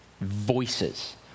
voices